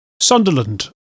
Sunderland